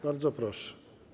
Bardzo proszę.